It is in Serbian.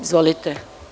Izvolite.